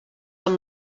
amb